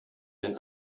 den